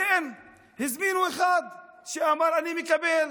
לכן הזמינו אחד שאמר: אני מקבל